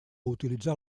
utilitzar